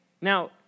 Now